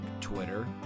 Twitter